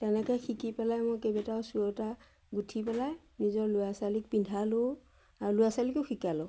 তেনেকৈ শিকি পেলাই মই কেইবাটাও চুৱেটাৰ গুঠি পেলাই নিজৰ ল'ৰা ছোৱালীক পিন্ধালোঁও আৰু ল'ৰা ছোৱালীকো শিকালোঁ